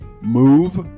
move